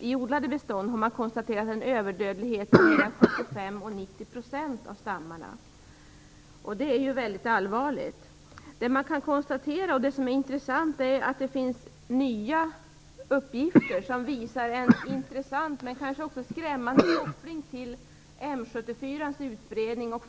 I odlade bestånd har man konstaterat en överdödlighet på 75-90 % av stammarna. Det är mycket allvarligt. Man kan konstatera att det finns nya uppgifter som visar en intressant men kanske också skrämmande koppling till M 74:s utbredning och